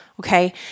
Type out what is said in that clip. okay